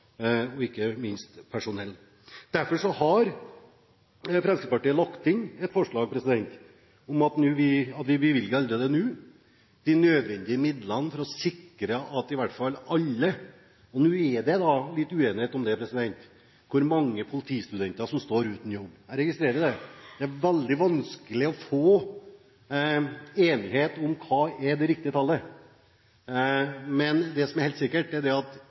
og ikke minst personell. Derfor har, som sagt, Fremskrittspartiet lagt inn et forslag om at vi bevilger allerede nå de nødvendige midlene. Nå er det litt uenighet om hvor mange politistudenter som står uten jobb – jeg registrerer det. Det er veldig vanskelig å bli enige om hva som er det riktige tallet. Men det som er helt sikkert, er at